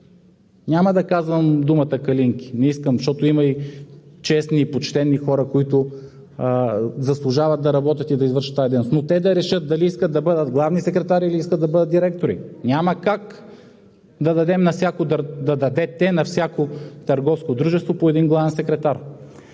Няма да казвам думата „калинки“, не искам, защото има и честни, и почтени хора, които заслужават да работят и да извършват тази дейност, но те да решат дали искат да бъдат главни секретари, или искат да бъдат директори. Няма как да дадете на всяко търговско дружество по един главен секретар.